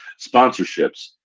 Sponsorships